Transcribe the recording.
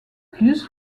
plus